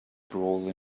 brawl